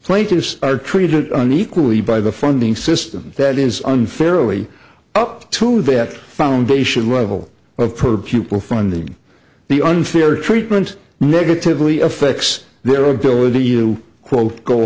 plaintiffs are treated unequally by the funding system that is unfairly up to that foundation level of per pupil funding the unfair treatment negatively affects their ability to quote go